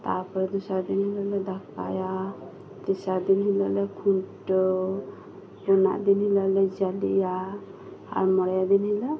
ᱛᱟ ᱯᱚᱨ ᱫᱤᱱ ᱥᱟᱨᱟ ᱫᱤᱱ ᱞᱮ ᱫᱟᱠᱟᱭᱟ ᱛᱮᱥᱟᱨ ᱫᱤᱱ ᱦᱤᱞᱳᱜ ᱠᱷᱩᱱᱴᱟᱹᱣ ᱯᱩᱱᱟᱜ ᱫᱤ ᱦᱤᱞᱳ ᱞᱮ ᱡᱟᱞᱮᱭᱟ ᱟᱨ ᱢᱚᱬᱮᱭᱟᱜ ᱫᱤᱱ ᱦᱤᱞᱳᱜ